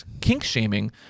kink-shaming